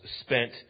spent